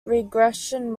regression